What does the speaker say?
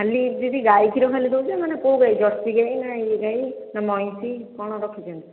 ଖାଲି ଯଦି ଗାଈ କ୍ଷୀର ଖାଲି ଦେଉଛ ମାନେ କେଉଁ ଗାଈ ଜର୍ସି ଗାଈ ନା ଇଏ ଗାଈ ନା ମଇଁଷି କ'ଣ ରଖିଛନ୍ତି